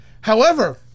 However-